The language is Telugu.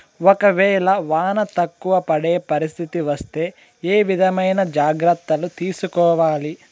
ఒక వేళ వాన తక్కువ పడే పరిస్థితి వస్తే ఏ విధమైన జాగ్రత్తలు తీసుకోవాలి?